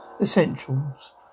Essentials